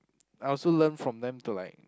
I also learn from them to like